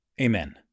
Amen